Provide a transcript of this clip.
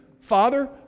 Father